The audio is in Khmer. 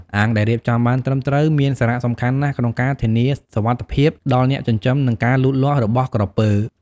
អាងដែលរៀបចំបានត្រឹមត្រូវមានសារៈសំខាន់ណាស់ក្នុងការធានាសុវត្ថិភាពដល់អ្នកចិញ្ចឹម និងការលូតលាស់របស់ក្រពើ។